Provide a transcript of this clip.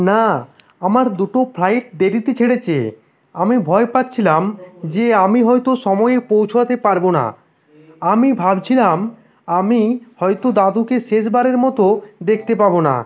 না আমার দুটো ফ্লাইট দেরিতে ছেড়েছে আমি ভয় পাচ্ছিলাম যে আমি হয়তো সময়ে পৌঁছাতে পারবো না আমি ভাবছিলাম আমি হয়তো দাদুকে শেষবারের মতো দেখতে পাবো না